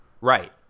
Right